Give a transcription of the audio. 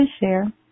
share